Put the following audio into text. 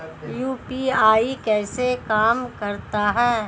UPI कैसे काम करता है?